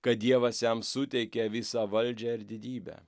kad dievas jam suteikė visą valdžią ir didybę